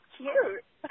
cute